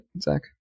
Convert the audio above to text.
Zach